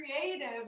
creative